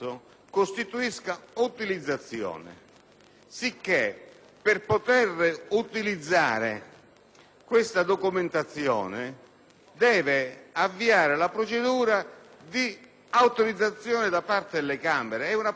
sicché per poterutilizzare questa documentazione deve avviare la procedura di autorizzazione da parte delle Camere. È una procedura garantita, che si vuole applicare.